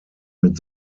mit